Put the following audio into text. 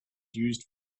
used